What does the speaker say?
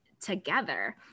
together